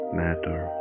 matter